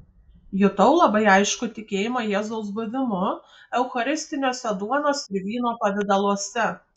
jutau labai aiškų tikėjimą jėzaus buvimu eucharistiniuose duonos ir vyno pavidaluose